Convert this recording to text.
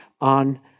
on